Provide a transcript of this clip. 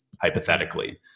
Hypothetically